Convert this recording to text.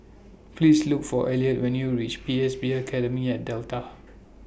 Please Look For Elliott when YOU REACH P S B Academy At Delta